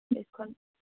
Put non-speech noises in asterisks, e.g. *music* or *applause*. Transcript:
*unintelligible*